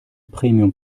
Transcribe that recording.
premium